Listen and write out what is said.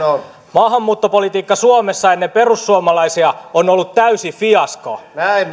maahanmuuttopolitiikka suomessa ennen perussuomalaisia on ollut täysi fiasko